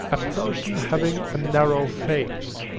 a person having a narrow face,